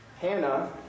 Hannah